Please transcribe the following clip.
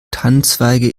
tannenzweige